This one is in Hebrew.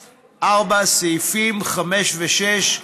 4. סעיפים 5 ו-6,